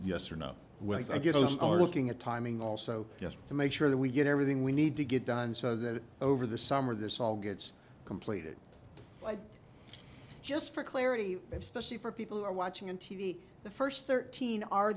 yes or no well i guess those are looking at timing also just to make sure that we get everything we need to get done so that over the summer this all gets completed just for clarity especially for people who are watching on t v the first thirteen are